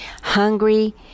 hungry